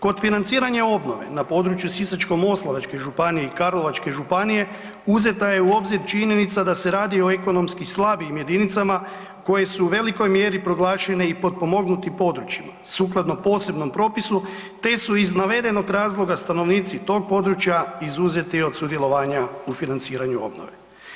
Kod financiranja obnove na području Sisačko-moslavačke županije i Karlovačke županije, uzeta je obzir činjenica da se radi o ekonomski slabijim jedinicama koje su u velikoj mjeri proglašene i potpomognutim područjima sukladno posebnom propisu te iz navedenog razloga stanovnici tog područja izuzeti od sudjelovanja u financiranju obnove.